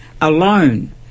alone